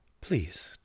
please